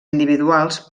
individuals